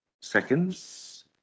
Seconds